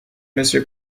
monsieur